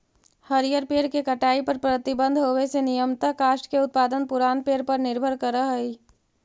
हरिअर पेड़ के कटाई पर प्रतिबन्ध होवे से नियमतः काष्ठ के उत्पादन पुरान पेड़ पर निर्भर करऽ हई